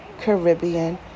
Caribbean